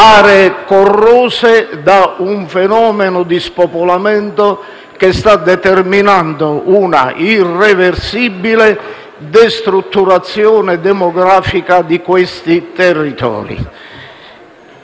aree corrose da un fenomeno di spopolamento che sta determinando un'irreversibile destrutturazione demografica di questi territori.